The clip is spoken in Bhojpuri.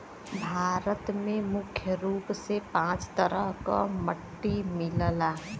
भारत में मुख्य रूप से पांच तरह क मट्टी मिलला